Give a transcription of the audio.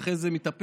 ואחרי זה מתהפך,